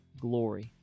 glory